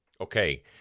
Okay